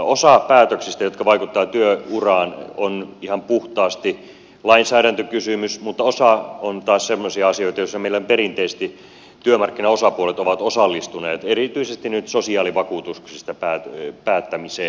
osa päätöksistä jotka vaikuttavat työuraan on ihan puhtaasti lainsäädäntökysymyksiä mutta osa on taas semmoisia asioita joissa meillä perinteisesti työmarkkinaosapuolet ovat osallistuneet erityisesti nyt sosiaalivakuutuksista päättämiseen